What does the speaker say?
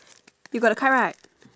you got the card right